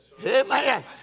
Amen